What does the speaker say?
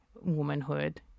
womanhood